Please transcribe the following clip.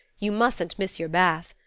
you mustn't miss your bath.